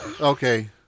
Okay